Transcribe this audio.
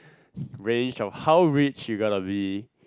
range of how rich you gotta be